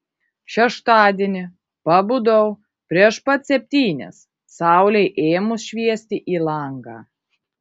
šeštadienį pabudau prieš pat septynias saulei ėmus šviesti į langą